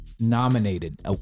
Nominated